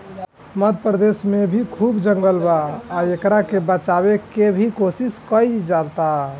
मध्य प्रदेश में भी खूब जंगल बा आ एकरा के बचावे के भी कोशिश कईल जाता